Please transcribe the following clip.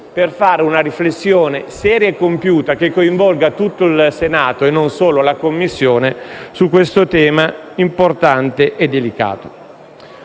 per fare una riflessione seria e compiuta, che coinvolga tutto il Senato e non solo la Commissione, su un tema importante e delicato.